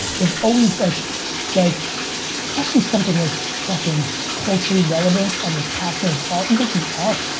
there's always like like especially something as fucking culturally relevant and as passionate as art, you guys do art.